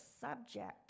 subject